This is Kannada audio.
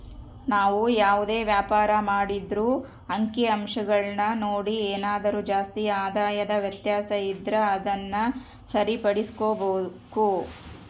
ನಾವು ಯಾವುದೇ ವ್ಯಾಪಾರ ಮಾಡಿದ್ರೂ ಅಂಕಿಅಂಶಗುಳ್ನ ನೋಡಿ ಏನಾದರು ಜಾಸ್ತಿ ಆದಾಯದ ವ್ಯತ್ಯಾಸ ಇದ್ರ ಅದುನ್ನ ಸರಿಪಡಿಸ್ಕೆಂಬಕು